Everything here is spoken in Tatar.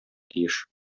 тиеш